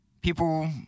people